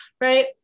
right